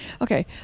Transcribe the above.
Okay